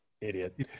Idiot